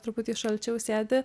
truputį šalčiau sėdi